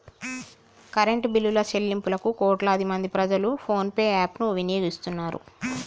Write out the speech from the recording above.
current బిల్లుల చెల్లింపులకు కోట్లాది మంది ప్రజలు ఫోన్ పే యాప్ ను వినియోగిస్తున్నరు